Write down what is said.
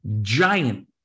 giant